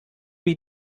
wie